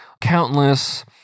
countless